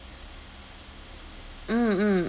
mm mm